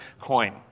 coin